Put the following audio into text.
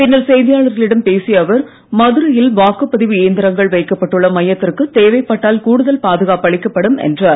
பின்னர் செய்தியாளர்களிடம் பேசிய அவர் மதுரையில் வாக்குப்பதிவு இயந்திரங்கள் வைக்கப்பட்டுள்ள மையத்திற்கு தேவைப்பட்டால் கூடுதல் பாதுகாப்பு அளிக்கப்படும் என்றார்